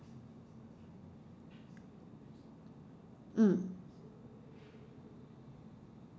mm